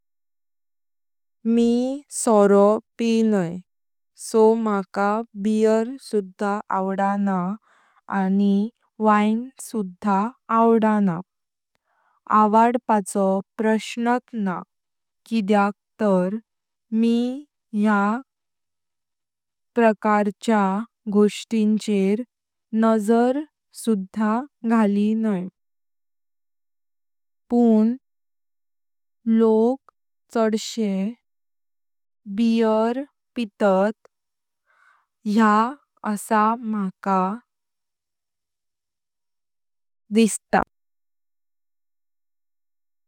मी सोरो पियणायं सो मका बीयर सुद्धा आवडना आनी वाईन सुद्धा आवडना। आवडपाचो प्रश्‍नात न्हा किद्याक तार मी या प्रकारच्या गोष्टींचेर नजर सुद्धा घालीनाय। पुण लोक चडशे बीयर पितात या मका दिसता।